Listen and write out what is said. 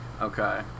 Okay